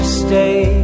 stay